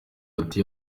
hagati